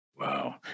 Wow